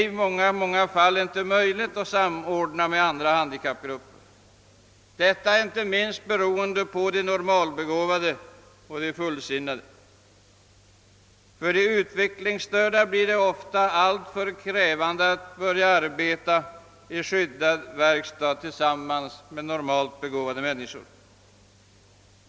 I många fall är det emellertid inte möjligt att samordna med andra handikappgrupper, detta inte minst beroende på de normalbegåvade och fullsinnade. För de utvecklingsstörda blir det ofta alltför krävande att börja arbeta i skyddad verkstad tillsammans med normalt begåvade människor.